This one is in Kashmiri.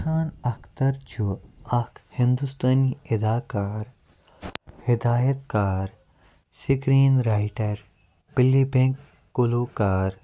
فَرحان اختر چھُ اکھ ہنٛدوستٲنی اداکار ہِدایَت کار سِکریٖن رائٹر پلے بیک گلوکار